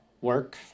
work